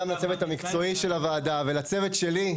גם לצוות המקצועי של הוועדה ולצוות שלי,